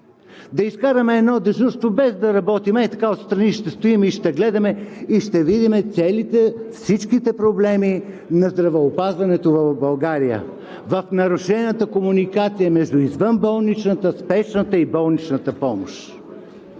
Да изкараме едно дежурство, без да работим – ей така отстрани ще стоим и ще гледаме, и ще видим всичките проблеми на здравеопазването в България, в нарушената комуникация между извънболничната, спешната и болничната помощ.